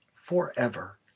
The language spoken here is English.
forever